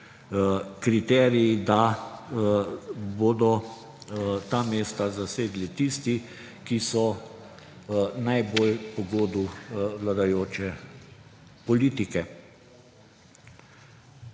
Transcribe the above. kriteriji, da bodo ta mesta zasedli tisti, ki so najbolj pogodu vladajoče politike.